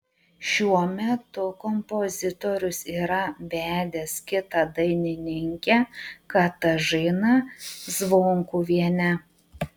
šiuo metu kompozitorius yra vedęs kitą dainininkę katažiną zvonkuvienę